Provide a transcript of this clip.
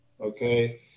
Okay